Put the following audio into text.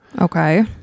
Okay